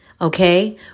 okay